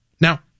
now